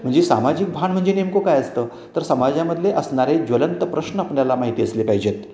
म्हणजे सामाजिक भान म्हणजे नेमकं काय असतं तर समाजामधले असणारे ज्वलंत प्रश्न आपल्याला माहिती असले पाहिजेत